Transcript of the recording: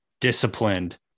disciplined